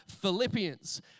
Philippians